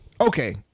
Okay